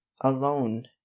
Alone